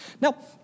Now